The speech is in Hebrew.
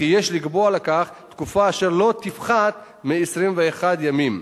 וכי יש לקבוע לכך תקופה אשר לא תפחת מ-21 ימים.